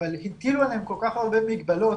אבל הטילו עליהם כל כך הרבה מגבלות.